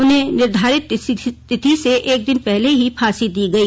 उन्हें निर्धारित तिथि से एक दिन पहले फांसी दी गई